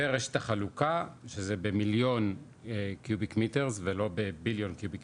ורשת החלוקה שזה במיליון מטרים מעוקבים (MCM - Million Cubic